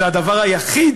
זה הדבר היחיד